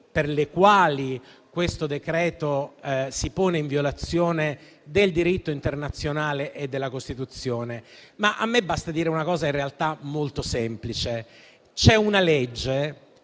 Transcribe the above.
per le quali questo decreto si pone in violazione del diritto internazionale e della Costituzione. A me, però, basta dire una cosa molto semplice. Vi è una legge,